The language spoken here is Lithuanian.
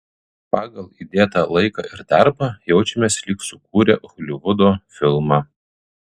pagal įdėtą laiką ir darbą jaučiamės lyg sukūrę holivudo filmą